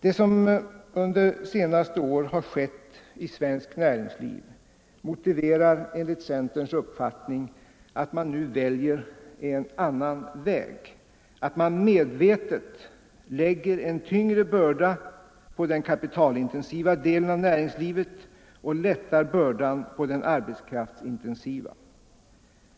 Det som under senaste år har skett i svenskt näringsliv motiverar enligt centerns uppfattning att man nu väljer en annan väg, dvs. att man medvetet lägger en tyngre börda på den kapitalintensiva delen av näringslivet och lättar bördan på den arbetskraftsintensiva.